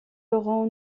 laurent